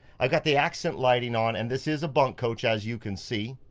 i've got the accent lighting on, and this is a bunk coach, as you can see.